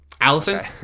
Allison